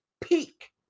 peak